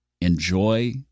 Enjoy